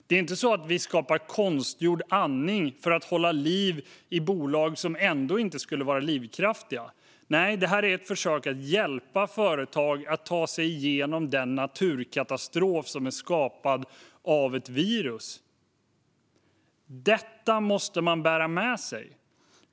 Det är inte så att vi skapar konstgjord andning för att hålla liv i bolag som ändå inte skulle vara livskraftiga. Nej, det här är ett försök att hjälpa företag att ta sig igenom den naturkatastrof som är skapad av ett virus. Detta måste man bära med sig.